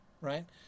Right